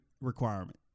requirement